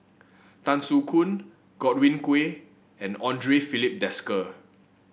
Tan Soo Khoon Godwin Koay and Andre Filipe Desker